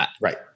Right